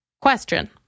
Question